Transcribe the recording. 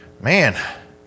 man